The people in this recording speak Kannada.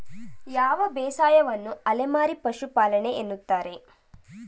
ಯಾವ ಬೇಸಾಯವನ್ನು ಅಲೆಮಾರಿ ಪಶುಪಾಲನೆ ಎನ್ನುತ್ತಾರೆ?